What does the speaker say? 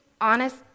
honest